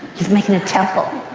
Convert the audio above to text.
he's making a temple.